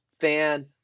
Fan